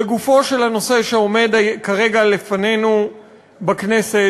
לגופו של הנושא שעומד כרגע לפנינו בכנסת